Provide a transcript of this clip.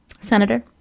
Senator